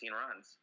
runs